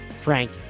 Frank